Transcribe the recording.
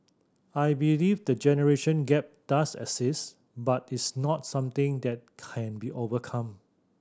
I believe the generation gap does exist but it's not something that can't be overcome